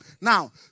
Now